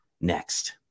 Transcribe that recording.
next